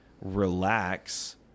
relax